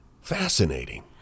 Fascinating